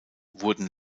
wurden